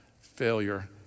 failure